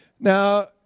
Now